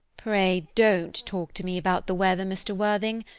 pray don't talk to me about the weather, mr. worthing.